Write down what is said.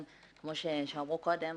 כמו שאמרו קודם,